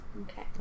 Okay